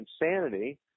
insanity